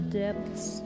depths